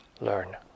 learn